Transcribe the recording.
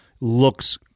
looks